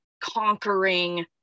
conquering